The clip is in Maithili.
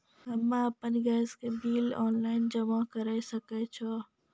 हम्मे आपन गैस के बिल ऑनलाइन जमा करै सकै छौ?